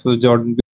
Jordan